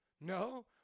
No